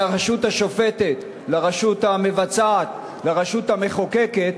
הרשות השופטת לרשות המבצעת ולרשות המחוקקת,